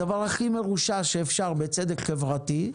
הדבר הכי מרושע שאפשר בצדק חברתי,